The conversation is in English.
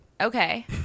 Okay